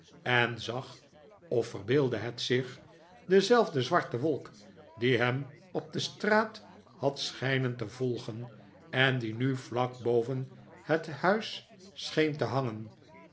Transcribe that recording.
en zag of verbeeldde het zich dezelfde zwarte wolk die hem op de straat had schijnen te volgen en die nu vlak boven het huis scheen te hangen